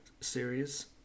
series